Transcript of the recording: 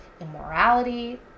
immorality